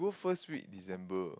first week December